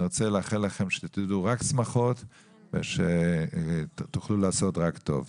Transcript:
אני רוצה לאחל לכם שתדעו רק שמחות ושתוכלו לעשות רק טוב.